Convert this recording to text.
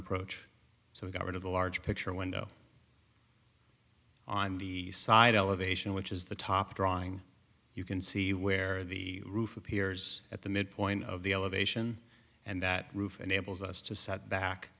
approach so we got rid of the large picture window on the side elevation which is the top drawing you can see where the roof appears at the midpoint of the elevation and that roof enables us to set back